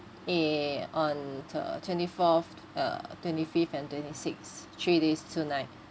eh on the twenty fourth uh twenty fifth and twenty sixth three days two night